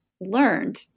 learned